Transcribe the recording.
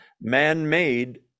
man-made